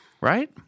Right